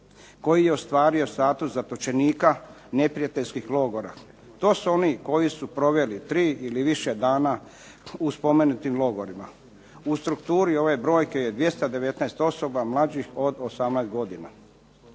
koji je ostvario status zatočenika neprijateljskih logora. To su oni koji su proveli tri ili više dana u spomenutim logorima. U strukturi ove brojke je 219 osoba mlađih od 18 godina.